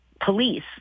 police